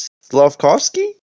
Slavkovsky